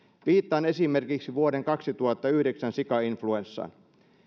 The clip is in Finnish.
viittaan esimerkiksi vuoden kaksituhattayhdeksän sikainfluenssaan